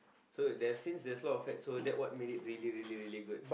so there's since there's a lot of fats so that what made it really really really good